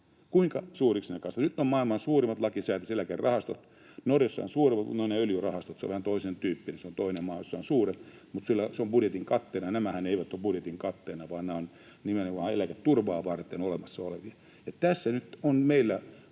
Kuinka suuriksi ne kasvatetaan? Nyt on maailman suurimmat lakisääteiset eläkerahastot. Norjassa on suuremmat, mutta ne ovat ne öljyrahastot, se on vähän toisentyyppinen. Se on toinen maa, jossa on suuret, mutta siellä se on budjetin katteena, ja nämähän eivät ole budjetin katteena, vaan nämä ovat nimenomaan eläketurvaa varten olemassa olevia. Tässä nyt on meillä